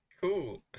cool